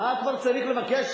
מה כבר צריך לבקש?